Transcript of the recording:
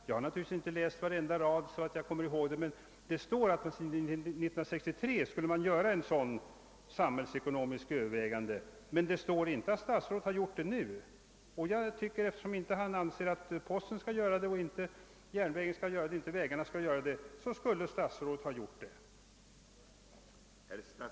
Jag har naturligtvis inte läst propositionen så noga att jag kommer ihåg varenda rad, men där står att man 1963 skulle göra samhällsekonomiska överväganden men det sägs inte att statsrådet gjort några sådana överväganden nu. Eftersom han inte anser att posten, järnvägen eller vägmyndigheterna skall göra sådana överväganden, så borde statsrådet ha gjort dem själv.